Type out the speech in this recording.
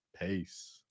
peace